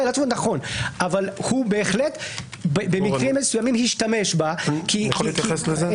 אבל הוא בהחלט השתמש בה במקרים מסוימים אני יכול להתייחס לזה?